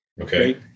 Okay